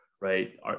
right